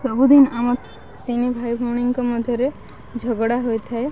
ସବୁଦିନ ଆମ ତିନି ଭାଇ ଭଉଣୀଙ୍କ ମଧ୍ୟରେ ଝଗଡ଼ା ହୋଇଥାଏ